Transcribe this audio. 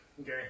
Okay